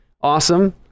Awesome